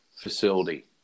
facility